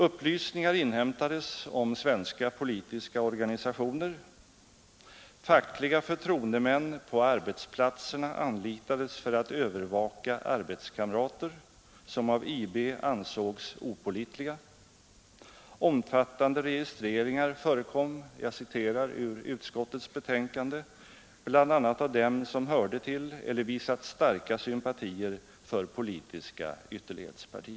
Upplysningar inhämtades om svenska politiska organisationer, fackliga förtroendemän på arbetsplatserna anlitades för att övervaka arbetskamrater som av IB ansågs opålitliga, omfattande registreringar förekom ”pbl.a. av dem som hörde till eller visat starka sympatier för politiska ytterlighetspartier”.